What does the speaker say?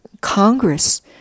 Congress